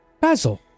Basil